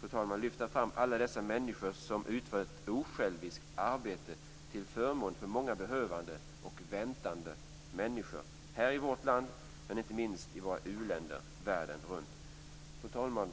fru talman, lyfta fram alla dessa människor som utför ett osjälviskt arbete till förmån för många behövande och väntande människor här i vårt land och inte minst i våra uländer världen runt. Fru talman!